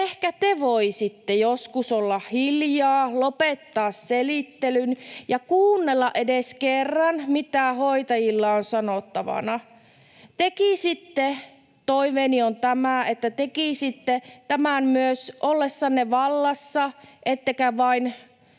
ehkä te voisitte joskus olla hiljaa, lopettaa selittelyn ja kuunnella edes kerran, mitä hoitajilla on sanottavana. Toiveeni on tämä: tekisitte tämän myös ollessanne vallassa ettekä vain